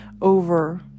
over